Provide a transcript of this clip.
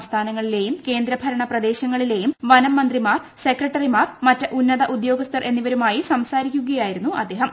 സംസ്ഥാനങ്ങളിലേയും കേന്ദ്രഭരണ പ്രദേശങ്ങളിലേയും വനം മന്ത്രമാർ സെക്രട്ടറിമാർ മറ്റ് ഉന്നത ഉദ്യോഗസ്ഥർ എന്നിവരുമായി സംസാരിക്കുകയായിരുന്നു അദ്ദേഹം